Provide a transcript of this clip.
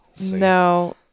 No